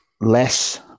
less